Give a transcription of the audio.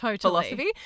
philosophy